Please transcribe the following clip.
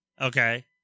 Okay